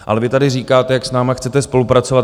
Ale vy tady říkáte, jak s námi chcete spolupracovat.